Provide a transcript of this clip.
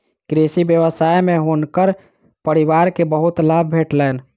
कृषि व्यवसाय में हुनकर परिवार के बहुत लाभ भेटलैन